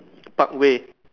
Parkway